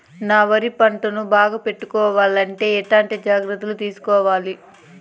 నా వరి పంటను బాగా పెట్టుకోవాలంటే ఎట్లాంటి జాగ్రత్త లు తీసుకోవాలి?